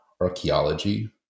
archaeology